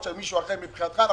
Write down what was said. זה